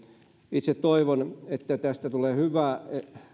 itse toivon että tästä tulee hyvä